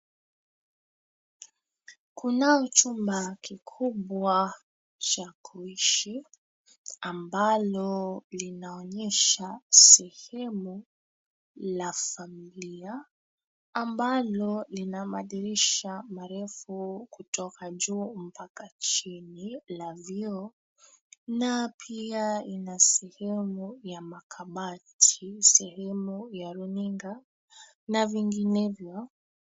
Kunao chumba kikubwa cha kuishi ambalo linaonyesha sehemu la familia ambalo lina madirisha marefu kutoka juu mpaka chini la vioo. Na pia ina sehemu ya makabati, sehemu ya runinga na vinginevyo.